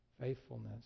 faithfulness